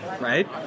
right